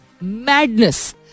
Madness